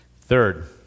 Third